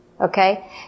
Okay